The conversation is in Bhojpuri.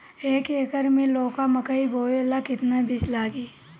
एक एकर मे लौका मकई बोवे ला कितना बिज लागी?